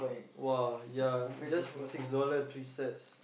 !wah! ya just for six dollar three sets